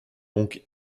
donc